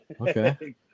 Okay